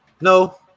No